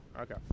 Okay